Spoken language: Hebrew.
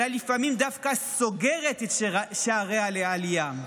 אלא לפעמים דווקא סוגרת את שעריה לעלייה.